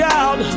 out